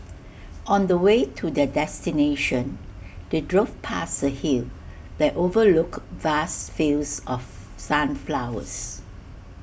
on the way to their destination they drove past A hill that overlooked vast fields of sunflowers